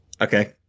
Okay